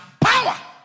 power